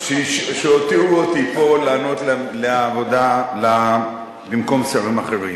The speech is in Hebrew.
שהותירו אותי פה לענות במקום שרים אחרים.